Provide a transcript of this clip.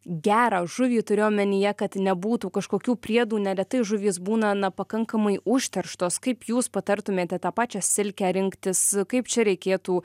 gerą žuvį turiu omenyje kad nebūtų kažkokių priedų neretai žuvys būna na pakankamai užterštos kaip jūs patartumėte tą pačią silkę rinktis kaip čia reikėtų